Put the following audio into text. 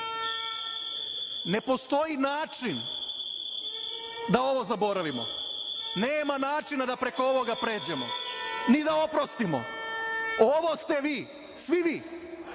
Ne postoji način da ovo zaboravimo. Nema načina da preko ovoga pređemo, ni da oprostimo. Ovo ste vi, svi vi,